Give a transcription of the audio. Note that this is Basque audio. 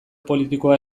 politikoa